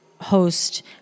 host